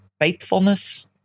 faithfulness